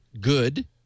good